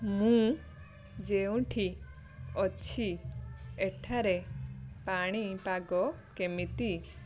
ମୁଁ ଯେଉଁଠି ଅଛି ଏଠାରେ ପାଣିପାଗ କେମିତି